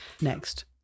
next